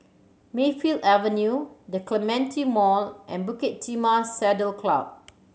Mayfield Avenue The Clementi Mall and Bukit Timah Saddle Club